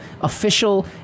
official